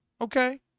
Okay